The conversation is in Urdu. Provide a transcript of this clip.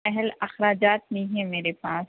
اہل اخراجات نہیں ہیں میرے پاس